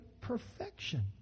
perfection